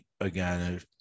Again